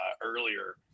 earlier